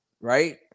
right